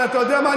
אבל אתה יודע מה?